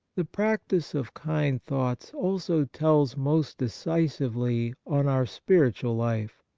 the practice of kind thoughts also tells most decisively on our spiritual life.